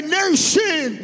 nation